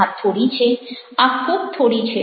આ થોડી છે આ ખૂબ થોડી છે